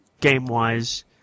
game-wise